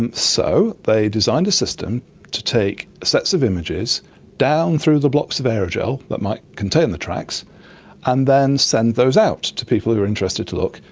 and so they designed a system to take sets of images down through the blocks of aerogel that might contain the tracks and then sent those out to people who are interested to look,